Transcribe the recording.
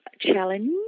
challenge